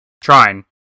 Trying